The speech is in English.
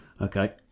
Okay